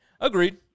Agreed